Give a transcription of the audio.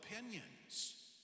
opinions